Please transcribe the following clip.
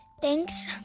Thanks